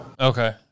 Okay